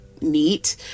neat